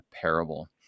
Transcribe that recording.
parable